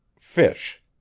fish